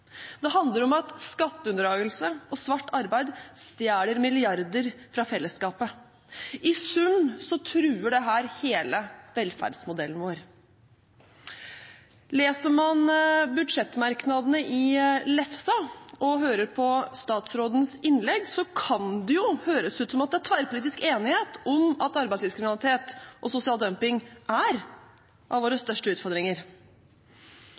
Det handler om at skatteunndragelse og svart arbeid stjeler milliarder fra fellesskapet. I sum truer dette hele velferdsmodellen vår. Leser man budsjettmerknadene i «lefsa» og hører på statsrådens innlegg, kan det jo høres ut som at det er tverrpolitisk enighet om at arbeidslivskriminalitet og sosial dumping er av våre største utfordringer.